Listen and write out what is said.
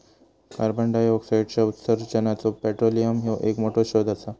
कार्बंडाईऑक्साईडच्या उत्सर्जानाचो पेट्रोलियम ह्यो एक मोठो स्त्रोत असा